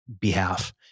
behalf